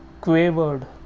quavered